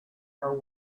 are